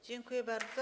Dziękuję bardzo.